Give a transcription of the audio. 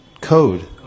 code